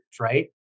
right